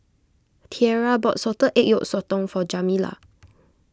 Tierra bought Salted Egg Yolk Sotong for Jamila